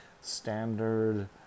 standard